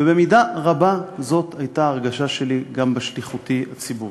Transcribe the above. ובמידה רבה זאת הייתה ההרגשה שלי גם בשליחותי הציבורית.